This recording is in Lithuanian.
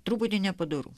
truputį nepadoru